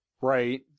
Right